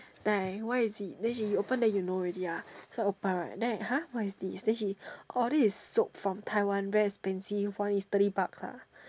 then I what is it then she open then you know already ah so I open right then I !huh! what is this then she oh this is soap from Taiwan very expensive one is thirty bucks lah